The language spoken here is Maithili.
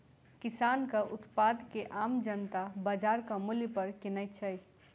किसानक उत्पाद के आम जनता बाजारक मूल्य पर किनैत छै